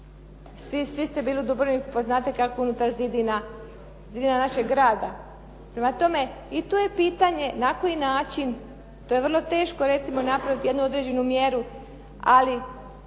Svi ste bili u Dubrovniku pa znate kako je unutar zidina, zidina našeg grada. Prema tome, i tu je pitanje na koji način, to je vrlo teško recimo napraviti jednu određenu mjeru, ali